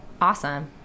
Awesome